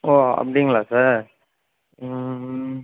ஓ அப்படிங்களா சார்